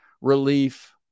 relief